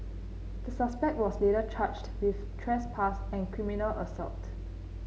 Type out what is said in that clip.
the suspect was later charged with trespass and criminal assault